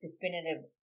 definitive